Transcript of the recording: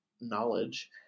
knowledge